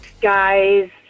guys